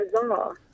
bizarre